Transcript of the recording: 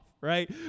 right